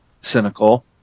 cynical